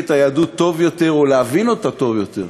את היהדות טוב יותר או להבין אותה טוב יותר